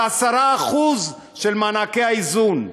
ב-10% של מענקי האיזון.